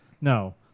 no